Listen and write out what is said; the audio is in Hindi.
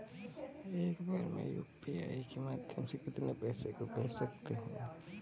एक बार में यू.पी.आई के माध्यम से कितने पैसे को भेज सकते हैं?